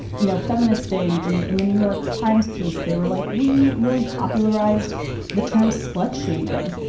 you know, feministing in in the new york times piece, they were like, we really pop. polarized the term slut shaming.